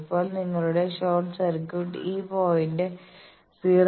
ഇപ്പോൾ നിങ്ങളുടെ short circuit ഈ പോയിന്റ് 0